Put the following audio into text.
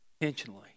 intentionally